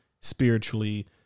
spiritually